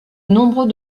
nombreux